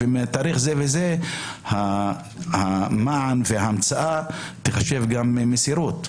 ומתאריך זה וזה המען וההמצאה ייחשבו גם מסירות,